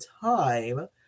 time